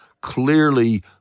clearly